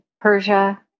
Persia